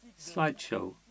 Slideshow